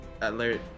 alert